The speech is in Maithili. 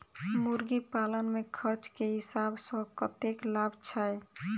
मुर्गी पालन मे खर्च केँ हिसाब सऽ कतेक लाभ छैय?